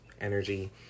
energy